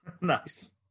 nice